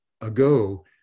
ago